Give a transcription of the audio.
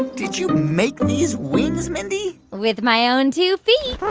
did you make these wings, mindy? with my own two feet